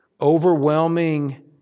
overwhelming